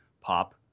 Pop